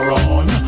on